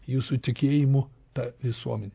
jūsų tikėjimu ta visuomenė